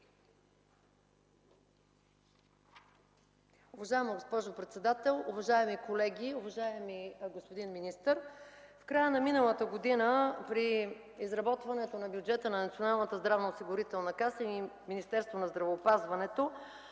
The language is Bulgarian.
Уважаема госпожо председател, уважаеми колеги! Уважаеми господин министър, в края на миналата година при изработването на бюджета на Националната здравноосигурителна каса и Министерството на здравеопазването